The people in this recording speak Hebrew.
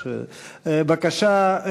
בבקשה,